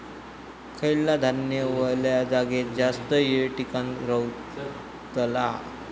खयला धान्य वल्या जागेत जास्त येळ टिकान रवतला?